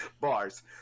Bars